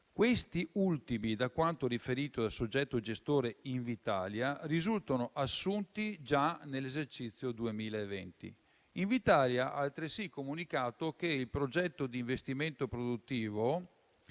questi ultimi, da quanto riferito dal soggetto gestore Invitalia, risultano assunti già dall'esercizio 2020. Invitalia ha altresì comunicato che il progetto di investimento produttivo